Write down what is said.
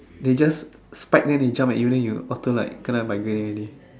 they just spike then they jump at you then you auto like kena by grenade already